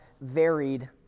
varied